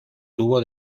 tubo